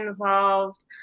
involved